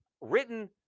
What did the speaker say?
written